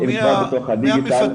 הם כבר בתוך הדיגיטל.